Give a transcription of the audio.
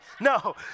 No